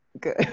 good